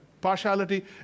partiality